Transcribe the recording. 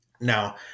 Now